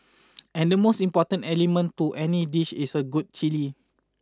and the most important element to any dish is good chilli